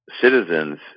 citizens